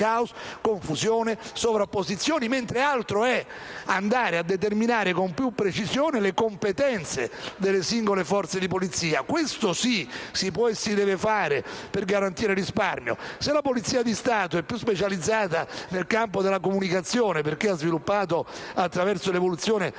caos, confusione e sovrapposizioni, mentre altro è andare a determinare con più precisione le competenze delle singole forze di polizia. Questo sì, si può e si deve fare per garantire risparmio. Se la Polizia di Stato è specializzata nel campo della comunicazione perché ha sviluppato, attraverso l'evoluzione della